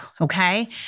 okay